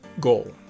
goal